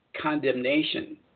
condemnation